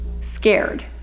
scared